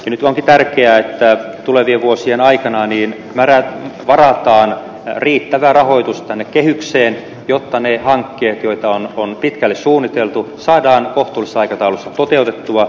nyt onkin tärkeää että tulevien vuosien aikana varataan riittävä rahoitus tänne kehykseen jotta ne hankkeet joita on pitkälle suunniteltu saadaan kohtuullisessa aikataulussa toteutettua